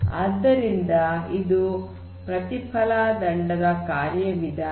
ಆದ್ದರಿಂದ ಇದು ಪ್ರತಿಫಲ ದಂಡದ ಕಾರ್ಯವಿಧಾನ